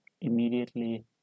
immediately